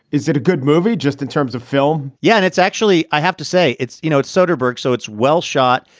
is it a good movie just in terms of film? yeah, and it's actually i have to say, it's you know, it's soderbergh, so it's well shot.